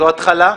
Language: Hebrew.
זו התחלה.